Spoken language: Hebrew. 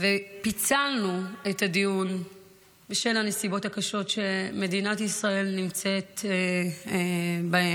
ופיצלנו את הדיון בשל הנסיבות הקשות שמדינת ישראל נמצאת בהן,